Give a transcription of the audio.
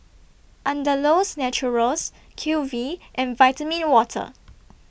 Andalou's Naturals Q V and Vitamin Water